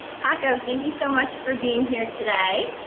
paco, thank you so much for being here today.